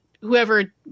whoever